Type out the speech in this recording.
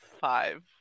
five